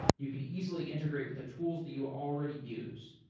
you can easily integrate with the tools that you already use.